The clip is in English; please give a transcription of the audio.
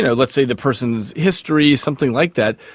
you know let's say, the person's history, something like that,